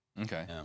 Okay